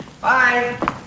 Bye